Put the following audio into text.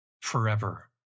forever